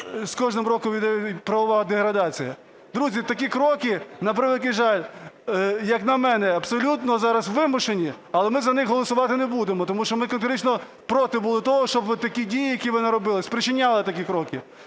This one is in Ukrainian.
з кожним роком іде правова деградація. Друзі, такі кроки, на превеликий жаль, як на мене, абсолютно зараз вимушені. Але ми за них голосувати не будемо, тому що ми категорично проти були того, щоб от такі дії, які ви наробили, спричиняли такі кроки.